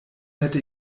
hätte